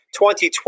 2020